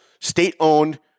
state-owned